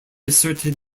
asserted